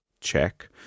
check